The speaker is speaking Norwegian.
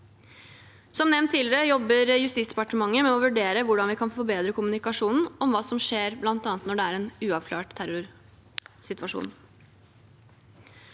Som nevnt tidligere jobber Justis- og beredskapsdepartementet med å vurdere hvordan vi kan forbedre kommunikasjonen om hva som skjer bl.a. når det er en uavklart terrorsituasjon.